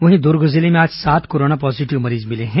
वहीं दुर्ग जिले में आज सात कोरोना पॉजीटिव मरीज मिले हैं